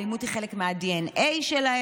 האלימות היא חלק מהדנ"א שלהם,